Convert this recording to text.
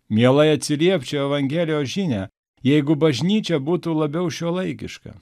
mielai atsiliepčiau į evangelijos žinią jeigu bažnyčia būtų labiau šiuolaikiška